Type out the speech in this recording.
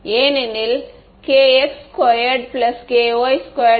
மாணவர் ஏனெனில் Kx2 Ky2ωc2